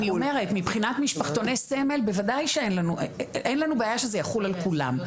אני אומרת שאין לנו בעיה שזה יחול על כולם.